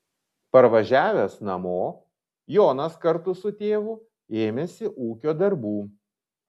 parvažiavęs namo jonas kartu su tėvu ėmėsi ūkio darbų